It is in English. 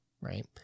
right